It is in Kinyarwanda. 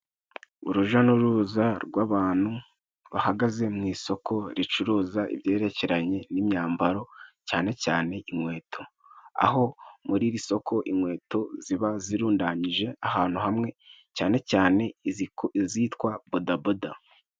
Uruja n'uruza rw'abantu bahagaze mu isoko ricuruza ibyerekeranye n'imyambaro, cyane cyane inkweto. Aho muri iri soko inkweto ziba zirundanyije ahantu hamwe, cyane cyane izitwa bodaboda.